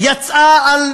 יצאה על